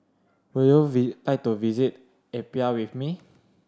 would you visit like to visit Apia with me